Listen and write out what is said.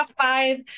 five